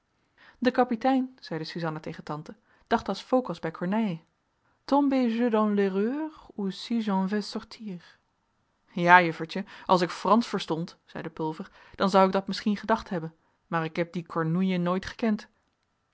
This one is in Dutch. de kapitein zeide suzanna tegen tante dacht als phocas bij corneille tombai je dans l'erreur ou si j'en vais sortir ja juffertje als ik fransch verstond zeide pulver dan zou ik dat misschien gedacht hebben maar ik heb dien kornoelje nooit gekend